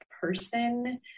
person